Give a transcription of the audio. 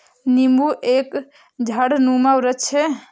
नींबू एक झाड़नुमा वृक्ष है